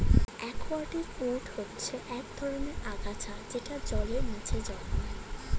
aquatic weed হচ্ছে এক ধরনের আগাছা যেটা জলের নিচে জন্মায়